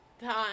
time